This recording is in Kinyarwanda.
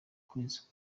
kwezi